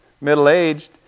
middle-aged